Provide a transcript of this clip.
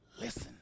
Listen